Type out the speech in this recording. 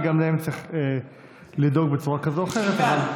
וגם להם צריך לדאוג בצורה כזו או אחרת.